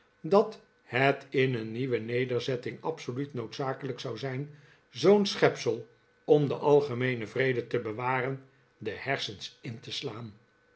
dat het in een nieuwe nederzetting absoluut noodzakelijk zou zijn zoo'n schepsel om den algemeenen vrede te bewaren de hersens in te sjaan